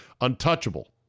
untouchable